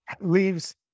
leaves